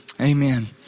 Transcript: Amen